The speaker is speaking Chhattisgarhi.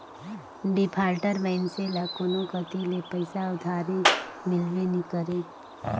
डिफाल्टर मइनसे ल कोनो कती ले पइसा उधारी मिलबे नी करे